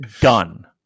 done